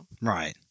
Right